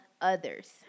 others